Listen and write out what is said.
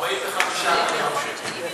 45 מיליון שקל.